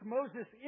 Moses